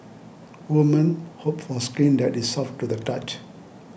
women hope for skin that is soft to the touch